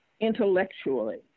intellectually